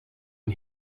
een